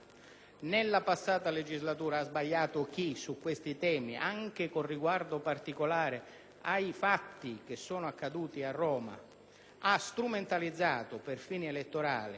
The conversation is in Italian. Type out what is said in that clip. Nella passata legislatura ha sbagliato chi su questi temi, anche con riguardo particolare ai fatti che sono accaduti a Roma, ha strumentalizzato per fini elettorali